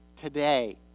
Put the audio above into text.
today